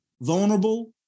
vulnerable